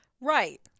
Right